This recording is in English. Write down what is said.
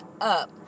up